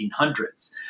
1800s